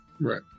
Right